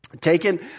taken